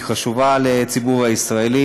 היא חשובה לציבור הישראלי,